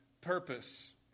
purpose